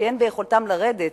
כי אין ביכולתם לרדת,